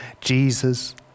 Jesus